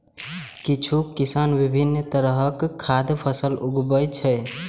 किछु किसान विभिन्न तरहक खाद्य फसल उगाबै छै